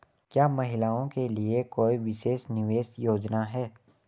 क्या महिलाओं के लिए कोई विशेष निवेश योजना है?